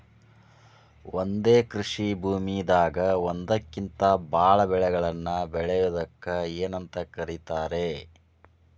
ಒಂದೇ ಕೃಷಿ ಭೂಮಿದಾಗ ಒಂದಕ್ಕಿಂತ ಭಾಳ ಬೆಳೆಗಳನ್ನ ಬೆಳೆಯುವುದಕ್ಕ ಏನಂತ ಕರಿತಾರೇ?